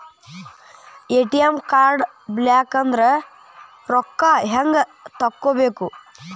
ATM card ಬ್ಲಾಕದ್ರ ರೊಕ್ಕಾ ಹೆಂಗ್ ತಕ್ಕೊಬೇಕು?